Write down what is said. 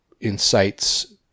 incites